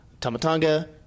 Tamatanga